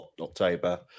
October